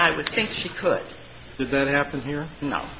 i would think she could that happen here no